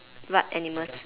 what animals